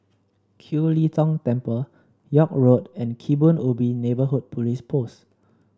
Kiew Lee Tong Temple York Road and Kebun Ubi Neighbourhood Police Post